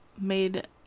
made